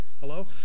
Hello